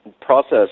process